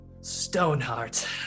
Stoneheart